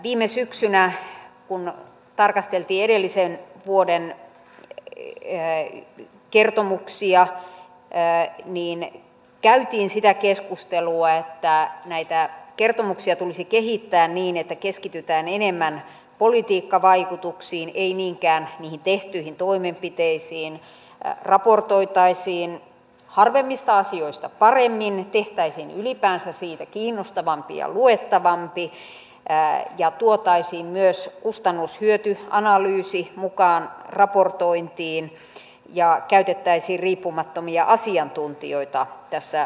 viime syksynä kun tarkasteltiin edellisen vuoden kertomuksia käytiin sitä keskustelua että näitä kertomuksia tulisi kehittää niin että keskitytään enemmän politiikkavaikutuksiin ei niinkään niihin tehtyihin toimenpiteisiin raportoitaisiin harvemmista asioista paremmin ylipäänsä tehtäisiin siitä kiinnostavampi ja luettavampi ja tuotaisiin myös kustannushyöty analyysi mukaan raportointiin ja käytettäisiin riippumattomia asiantuntijoita tässä raportoinnissa